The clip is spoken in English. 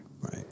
right